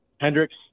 Hendricks